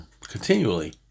continually